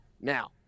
Now